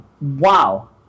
wow